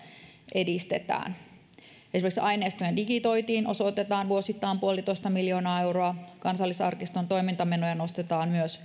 edistetään esimerkiksi aineistojen digitointiin osoitetaan vuosittain yksi pilkku viisi miljoonaa euroa kansallisarkiston toimintamenoja nostetaan myös